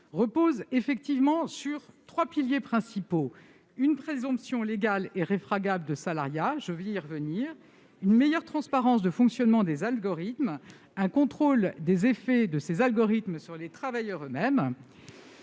de directive repose sur trois piliers principaux : une présomption légale et réfragable de salariat- j'y reviendrai -, une meilleure transparence de fonctionnement des algorithmes, un contrôle des effets de ces algorithmes sur les travailleurs eux-mêmes.